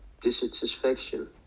dissatisfaction